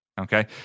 okay